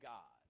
God